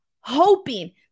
hoping